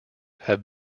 have